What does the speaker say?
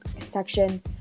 section